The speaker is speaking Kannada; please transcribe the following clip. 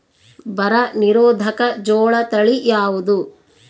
ಬರ ನಿರೋಧಕ ಜೋಳ ತಳಿ ಯಾವುದು?